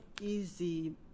easy